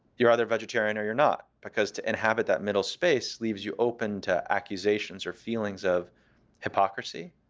you're either vegetarian or you're not. because to inhabit that middle space leaves you open to accusations or feelings of hypocrisy.